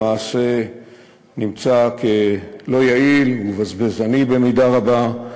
למעשה נמצא כלא יעיל ובזבזני במידה רבה,